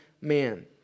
man